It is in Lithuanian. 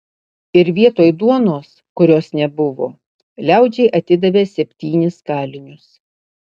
ir vietoj duonos kurios nebuvo liaudžiai atidavė septynis kalinius